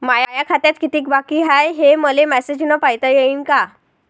माया खात्यात कितीक बाकी हाय, हे मले मेसेजन पायता येईन का?